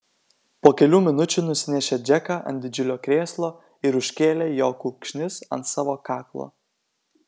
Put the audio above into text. po kelių minučių nusinešė džeką ant didžiulio krėslo ir užkėlė jo kulkšnis ant savo kaklo